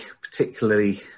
particularly